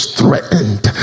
threatened